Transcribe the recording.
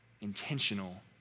intentional